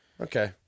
Okay